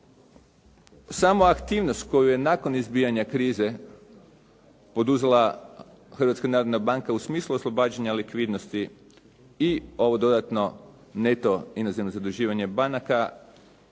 Sama aktivnost koju je nakon izbijanja krize poduzela Hrvatska narodna banka u smislu oslobađanja likvidnosti i ovo dodatno neto inozemno zaduživanje banaka